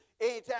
anytime